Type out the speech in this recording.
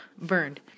burned